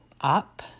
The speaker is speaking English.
up